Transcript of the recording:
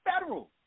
federal